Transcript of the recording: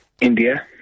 India